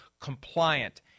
compliant